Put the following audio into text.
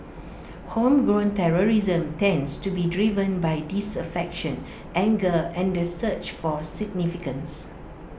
homegrown terrorism tends to be driven by disaffection anger and the search for significance